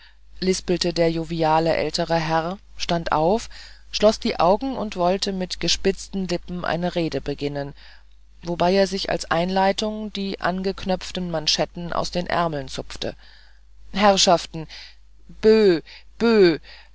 lispelte der joviale ältere herr stand auf schloß die augen und wollte mit gespitzten lippen eine rede beginnen wobei er sich als einleitung die angeknöpften manschetten aus den ärmeln zupfte herrschaften böh böh